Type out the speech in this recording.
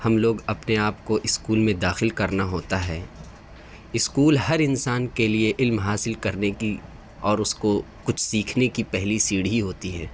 ہم لوگ اپنے آپ کو اسکول میں داخل کرنا ہوتا ہے اسکول ہر انسان کے لیے علم حاصل کرنے کی اور اس کو کچھ سیکھنے کی پہلی سیڑھی ہوتی ہے